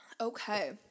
Okay